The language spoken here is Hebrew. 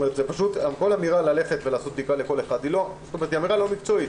כל אמירה על ללכת ולבדוק כל אחד היא אמירה לא מקצועית.